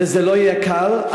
וזה לא יהיה קל,